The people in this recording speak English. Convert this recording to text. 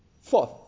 fourth